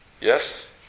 Yes